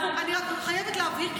אני רק חייבת להבהיר,